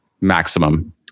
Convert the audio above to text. maximum